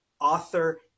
author